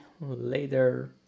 later